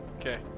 Okay